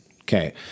Okay